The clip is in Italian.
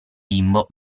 bimbo